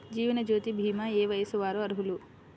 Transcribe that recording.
జీవనజ్యోతి భీమా ఏ వయస్సు వారు అర్హులు?